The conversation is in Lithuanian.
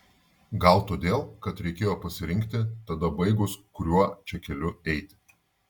gal todėl kad reikėjo pasirinkti tada baigus kuriuo čia keliu eiti